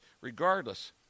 Regardless